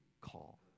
call